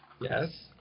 yes